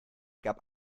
gab